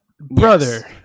brother